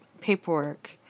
paperwork